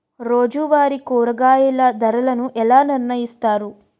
రోజువారి కూరగాయల ధరలను ఎలా నిర్ణయిస్తారు?